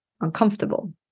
uncomfortable